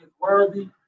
worthy